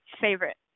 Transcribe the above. favorite